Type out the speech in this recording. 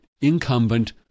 incumbent